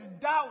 doubt